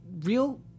real